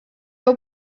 will